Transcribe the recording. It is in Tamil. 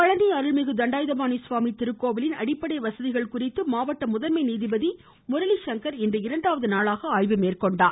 பழனி அருள்மிகு தண்டாயுதபாணி சுவாமி திருக்கோவிலின் அடிப்படை வசதிகள் குறித்து மாவட்ட முதன்மை நீதிபதி முரளிசங்கர் இன்று இரண்டாவது நாளாக ஆய்வு மேற்கொண்டார்